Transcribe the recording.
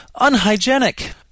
unhygienic